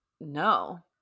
no